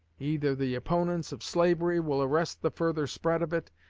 either the opponents of slavery will arrest the further spread of it,